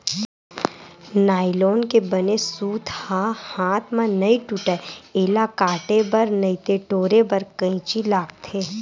nylon के बने सूत ह हाथ म नइ टूटय, एला काटे बर नइते टोरे बर कइची लागथे